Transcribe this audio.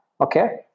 okay